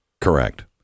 Correct